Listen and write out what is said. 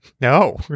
No